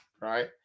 right